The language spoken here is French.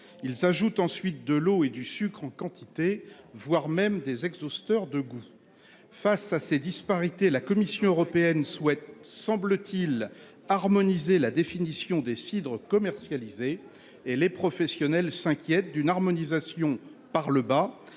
Il s'ajoute ensuite de l'eau et du sucre en quantité, voir même des ex-Oster de goût. Face à ces disparités, la Commission européenne souhaite semble-t-il harmoniser la définition des cidres commercialisé et les professionnels s'inquiètent d'une harmonisation par le bas